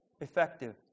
effective